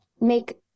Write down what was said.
make